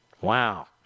Wow